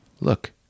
look